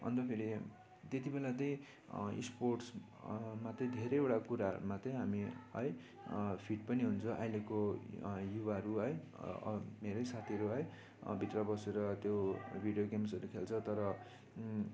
अन्त फेरि त्यति बेला त्यही स्पोर्ट्स मा त्यही धेरैवटा कुराहरूमा त्यही है फिट पनि हुन्छौँ अहिलेको युवाहरू है मेरो पनि साथीहरू है भित्र बसेर त्यो भिडियो गेम्सहरू खेल्छ तर